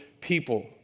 people